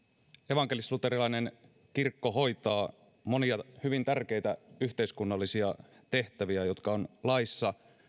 evankelisluterilainen kirkko hoitaa monia hyvin tärkeitä yhteiskunnallisia tehtäviä jotka on laissa